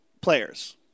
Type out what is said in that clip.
players